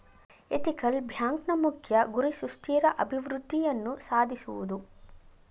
ethical ಬ್ಯಾಂಕ್ನ ಮುಖ್ಯ ಗುರಿ ಸುಸ್ಥಿರ ಅಭಿವೃದ್ಧಿಯನ್ನು ಸಾಧಿಸುವುದು